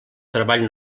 treball